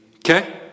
Okay